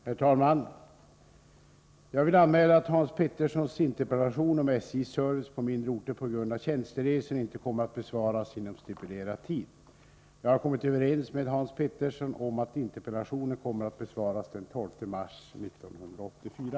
Herr talman! Jag vill anmäla att Hans Peterssons i Hallstahammar interpellation om SJ:s service på mindre orter på grund av tjänsteresor inte kommer att besvaras inom stipulerad tid. Jag har kommit överens med Hans Petersson om att interpellationen kommer att besvaras den 12 mars 1984.